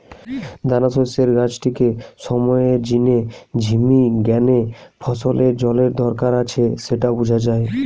দানাশস্যের গাছটিকে সময়ের জিনে ঝিমি গ্যানে ফসলের জলের দরকার আছে স্যাটা বুঝা যায়